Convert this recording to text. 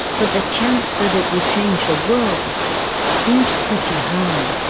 but the chance that it will change the world seems pretty high.